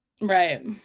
right